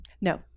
No